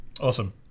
Awesome